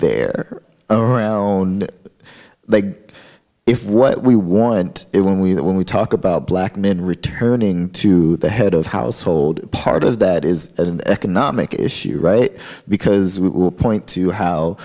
there around big if what we want when we when we talk about black men returning to the head of household part of that is an economic issue right because point to how